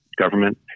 government